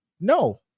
No